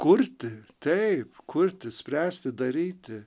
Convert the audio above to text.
kurti taip kurti spręsti daryti